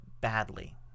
badly